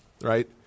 right